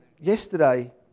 yesterday